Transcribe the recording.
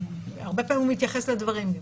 הרבה פעמים הוא מתייחס לדברים.